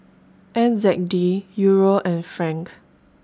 N Z D Euro and Franc